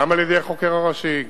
גם על-ידי החוקר הראשי,